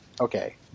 okay